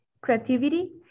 creativity